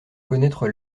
connaître